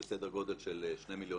זה סדר גודל של שני מיליון